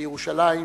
לירושלים,